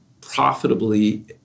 profitably